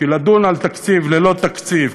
כי לדון על תקציב ללא תקציב,